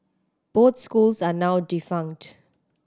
both schools are now defunct